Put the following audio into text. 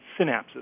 synapses